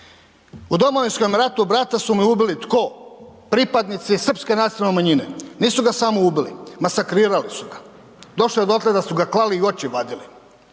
U Domovinskom ratu brata su mi ubili, tko? Pripadnici srpske nacionalne manjine. Nisu ga samo ubili. Masakrirali su ga. Došlo je dotle da su ga klali i oči vadili.